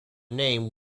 name